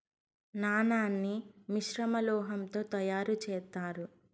నాణాన్ని మిశ్రమ లోహం తో తయారు చేత్తారు